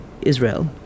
Israel